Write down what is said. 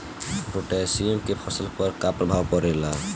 Potassium के फसल पर का प्रभाव पड़ेला?